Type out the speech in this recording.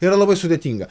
yra labai sudėtinga